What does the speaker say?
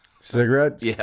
cigarettes